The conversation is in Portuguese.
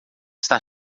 está